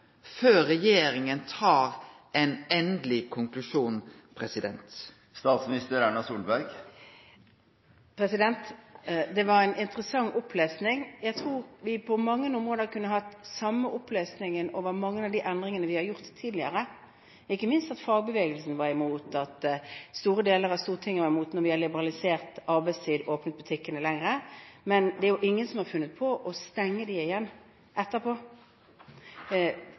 Det var en interessant opplesning. Jeg tror vi kunne hatt den samme opplesningen på mange områder, over mange av de endringene vi har gjort tidligere – ikke minst det at fagbevegelsen og store deler av Stortinget var imot da vi liberaliserte arbeidstiden og lot butikkene ha åpent lenger. Men det er ingen som har funnet på å stenge dem igjen etterpå,